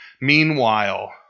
Meanwhile